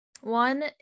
One